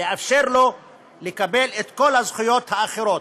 ולאפשר לו לקבל את כל הזכויות האחרות.